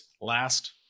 last